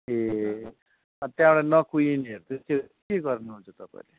ए त्यहाँबाट नकुहिनेहरू चाहिँ त्यो के गर्नुहुन्छ तपाईँहरूले